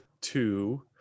two